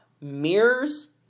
mirrors